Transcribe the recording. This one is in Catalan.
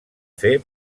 fer